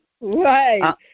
Right